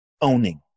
owning